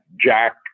Jack